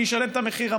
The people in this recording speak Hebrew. אני אשלם את המחיר המלא,